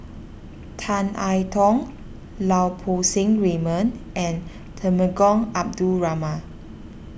Tan I Tong Lau Poo Seng Raymond and Temenggong Abdul Rahman